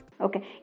Okay